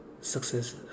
success